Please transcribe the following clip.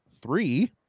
three